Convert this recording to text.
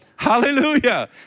Hallelujah